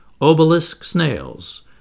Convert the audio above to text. obelisk-snails